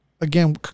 again